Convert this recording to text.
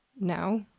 now